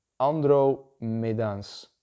Andromedans